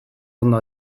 ondo